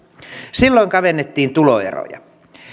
silloin kavennettiin tuloeroja